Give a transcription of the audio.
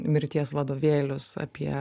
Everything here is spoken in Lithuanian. mirties vadovėlius apie